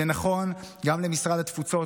זה נכון גם למשרד התפוצות,